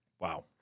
Wow